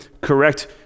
correct